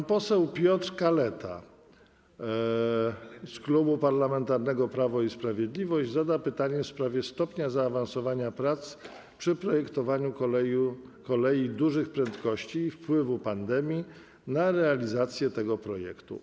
Pan poseł Piotr Kaleta z Klubu Parlamentarnego Prawo i Sprawiedliwość zada pytanie w sprawie stopnia zaawansowania prac przy projektowaniu kolei dużych prędkości i wpływu pandemii na realizację tego projektu.